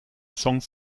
songs